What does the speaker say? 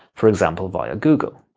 for example via google.